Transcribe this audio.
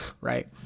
right